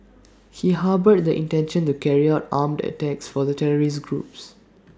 he harboured the intention to carry out armed attacks for the terrorist group